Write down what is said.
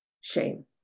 shame